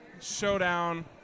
Showdown